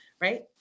right